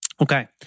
Okay